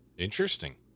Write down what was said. Interesting